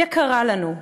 יקרה לנו,